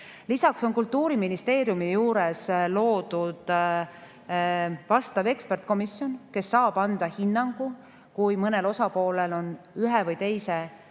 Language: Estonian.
Lisaks on Kultuuriministeeriumi juurde loodud vastav ekspertkomisjon, kes saab anda hinnangu, kui mõnel osapoolel on ühe või teise teenuse